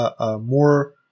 more